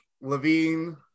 Levine